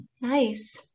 Nice